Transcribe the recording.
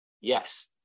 Yes